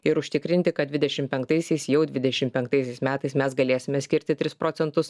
ir užtikrinti kad dvidešimt penktaisiais jau dvidešimt penktaisiais metais mes galėsime skirti tris procentus